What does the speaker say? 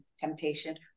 temptation